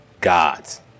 gods